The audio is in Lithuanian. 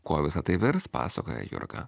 kuo visa tai virs pasakoja jurga